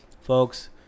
folks